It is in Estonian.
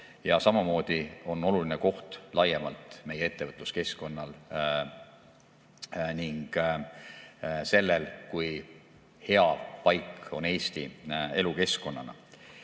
Ja samamoodi on oluline koht laiemalt meie ettevõtluskeskkonnal ning sellel, kui hea paik on Eesti elukeskkonnana.